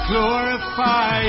Glorify